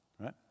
Right